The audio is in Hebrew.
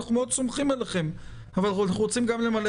אנחנו מאוד סומכים עליכם אבל אנחנו רוצים גם למלא